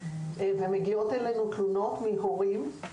וגם מגיעות אלינו תלונות מהורים על כך,